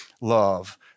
love